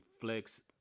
Flex